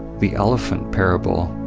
the elephant parable,